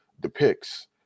depicts